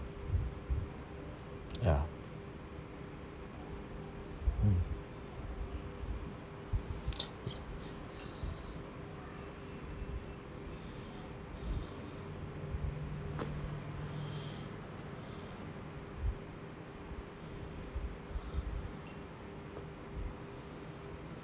ya mm